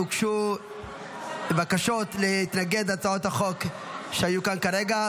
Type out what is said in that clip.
הוגשו בקשות להתנגד להצעות החוק שהיו כאן כרגע.